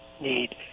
need